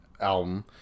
album